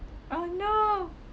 oh no